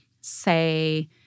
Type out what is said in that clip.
say